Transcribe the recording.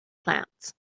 plants